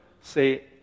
say